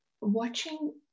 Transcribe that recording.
watching